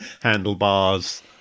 handlebars